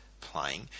playing